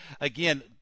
again